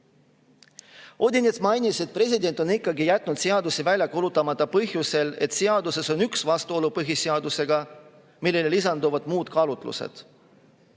Odinets mainis, et president on ikkagi jätnud seaduse välja kuulutamata põhjusel, et seaduses on üks vastuolu põhiseadusega, millele lisanduvad muud kaalutlused.